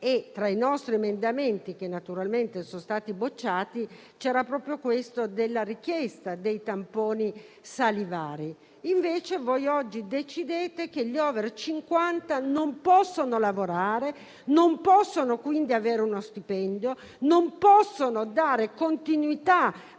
Tra i nostri emendamenti, che naturalmente sono stati bocciati, c'era proprio la richiesta dei tamponi salivari. Invece, voi oggi decidete che gli *over* 50 non possono lavorare, non possono quindi ricevere uno stipendio, non possono dare continuità